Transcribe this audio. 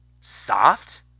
Soft